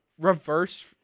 reverse